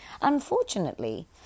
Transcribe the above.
Unfortunately